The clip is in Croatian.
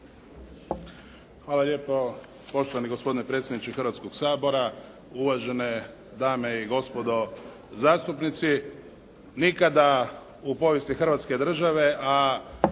Hvala lijepo. Poštovani predsjedniče Hrvatskog sabora, uvažene dame i gospodo zastupnici. Nikada u povijesti Hrvatske države, a